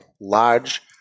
large